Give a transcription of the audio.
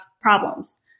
problems